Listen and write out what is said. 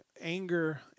anger